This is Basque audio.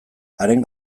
haren